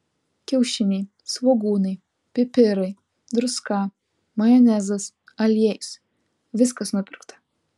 kiaušiniai svogūnai pipirai druska majonezas aliejus viskas nupirkta